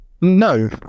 No